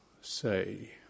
say